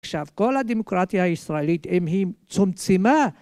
עכשיו, כל הדמוקרטיה הישראלית, אם היא צומצמה...